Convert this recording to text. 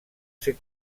ser